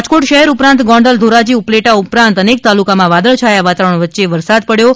રાજકોટ શહેર ઉપરાંત ગોંડલ ધોરાજી ઉપલેટા ઉપરાંત અનેક તાલુકા માં વાદળછાયા વાતાવરણ વચ્ચે વરસાદ પડ્યો છે